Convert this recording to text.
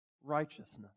righteousness